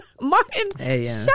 Martin